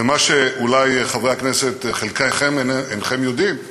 ומה שאולי, חברי הכנסת, חלקכם אינכם יודעים,